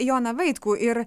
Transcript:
joną vaitkų ir